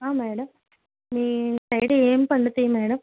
madam మీ side ఏమి పండుతాయి మేడం